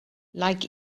like